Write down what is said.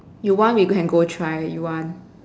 you want we can go try you want